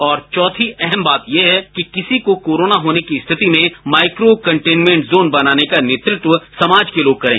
और चौथी अहम बात यह कि किसी को कोरोना होने की स्थिति में माइक्रो कन्टेनमेंट जोन बनाने का नेतृत्व समाज के लोग करें